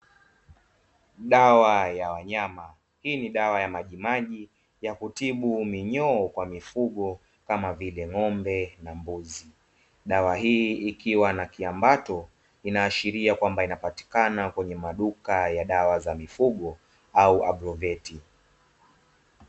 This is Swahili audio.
Dawa ya wanyama; hii ni dawa ya majimaji ya kutibu minyoo kwa mifugo kama vile ng'ombe na mbuzi. Dawa hii ikiwa na kiambato, inaashiria kwamba inapatikana kwenye maduka ya dawa za mifugo au agroveti.